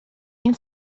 این